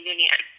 Union